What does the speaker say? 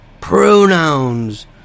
Pronouns